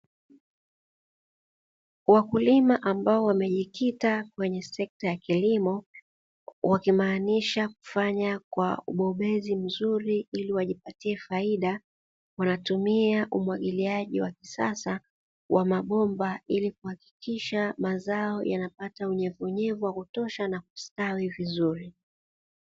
Wakulima ambao wamejikita kwenye sekta ya kilimo wa kimaanisha kufanya kwa ubobezi mzuri ili wajipatie faida wanatumia umwagiliaji wa kisasa wa mabomba ili kuhakikisha mazao yanapata unyevunyevu kwa kutosha na kustawi vizuri.